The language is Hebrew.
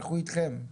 אנחנו אתכם.